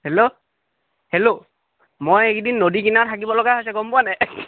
hello hello মই এইকেইদিন নদী কিনাৰত হাগিব লগা হৈছে গ'ম পোৱা নাই